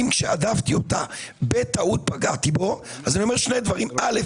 אם כשהדפתי אותה בטעות פגעתי בו אז אני אומר שני דברים: א',